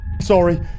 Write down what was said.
sorry